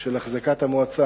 של החזקת המועצה.